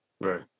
Right